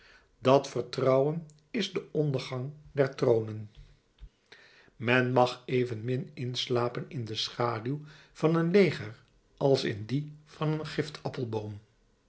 dat vertrouwen is de ondergang der tronen men mag evenmin inslapen in de schaduw van een leger als in die van een